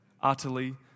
utterly